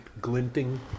glinting